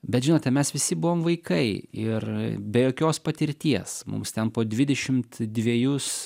bet žinote mes visi buvom vaikai ir be jokios patirties mums ten po dvidešimt dvejus